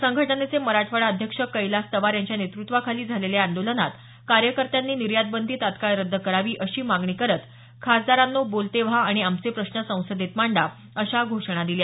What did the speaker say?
संघटनेचे मराठवाडा अध्यक्ष कैलास तवार यांच्या नेतृत्वाखाली झालेल्या या आंदोलनात कार्यकर्त्यांनी निर्यातबंदी तत्काळ रद्द करावी अशी मागणी करत खासदारांनो बोलते व्हा आणि आमचे प्रश्न संसदेत मांडा अशा घोषणा दिल्या